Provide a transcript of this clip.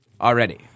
already